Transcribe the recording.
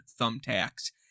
thumbtacks